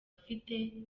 afite